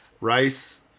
rice